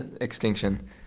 Extinction